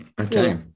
Okay